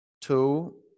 two